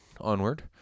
onward